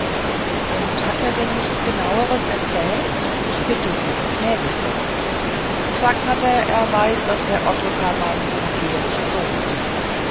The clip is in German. und hat er denn nichts genaueres erzählt ich bitte sie gnädigste gsagt hat er er weiß daß der ottokar mein unehelicher sohn is